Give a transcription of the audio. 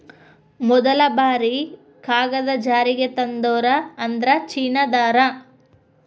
ಮದಲ ಬಾರಿ ಕಾಗದಾ ಜಾರಿಗೆ ತಂದೋರ ಅಂದ್ರ ಚೇನಾದಾರ